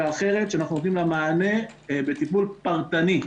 אחרת שאנחנו נותנים לה מענה בטיפול פרטני,